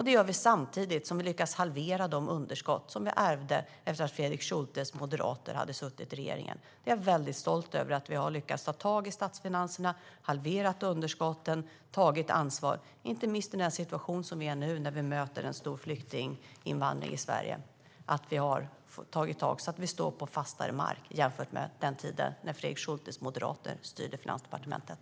Det gör vi samtidigt som vi lyckas halvera de underskott som vi ärvde efter att Fredrik Schultes moderater hade suttit i regeringen. Jag är mycket stolt över att vi har lyckats ta tag i statsfinanserna, halverat underskotten och tagit ansvar, inte minst i den situation som vi nu befinner oss i när vi möter en stor flyktinginvandring i Sverige, så att vi står på fastare mark jämfört med hur det var på den tiden då Fredrik Schultes moderater styrde Finansdepartementet.